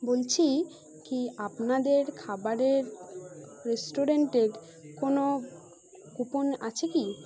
বলছি কি আপনাদের খাবারের রেস্টুরেন্টের কোনো কুপন আছে কি